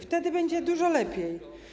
Wtedy będzie dużo lepiej.